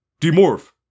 Demorph